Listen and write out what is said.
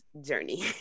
journey